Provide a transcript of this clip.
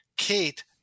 Kate